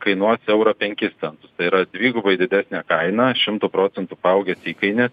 kainuos eurą penkis centus tai yra dvigubai didesnė kaina šimtu procentų paaugęs įkainis